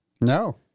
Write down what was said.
No